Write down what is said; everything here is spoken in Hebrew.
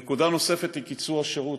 נקודה נוספת היא קיצור השירות.